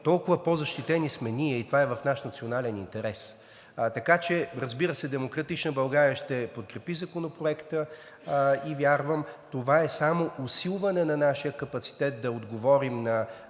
толкова по-защитени сме ние и това е в наш национален интерес. Така че, разбира се, „Демократична България“ ще подкрепи Законопроекта и вярвам, това е само усилване на нашия капацитет да отговорим на